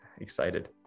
excited